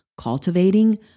cultivating